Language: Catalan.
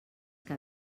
que